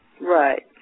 Right